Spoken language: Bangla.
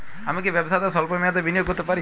আমি কি ব্যবসাতে স্বল্প মেয়াদি বিনিয়োগ করতে পারি?